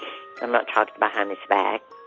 i'm not talking behind his back